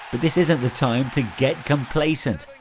but this isn't the time to get complacent.